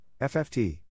FFT